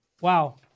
Wow